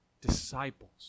disciples